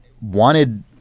wanted